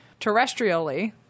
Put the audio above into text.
Terrestrially